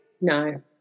No